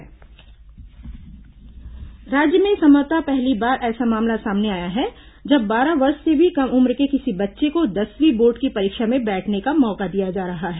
IQ test परीक्षा राज्य में संभवतः पहली बार ऐसा मामला सामने आया है जब बारह वर्ष से भी कम उम्र के किसी बच्चे को दसवीं बोर्ड की परीक्षा में बैठने का मौका दिया जा रहा है